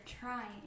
trying